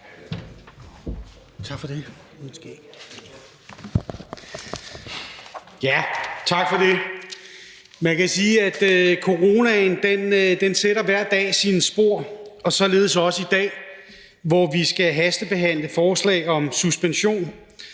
Møller (S): Tak for det. Man kan sige, at coronaen hver dag sætter sine spor og således også i dag, hvor vi skal hastebehandle et forslag om suspension